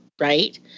right